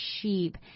sheep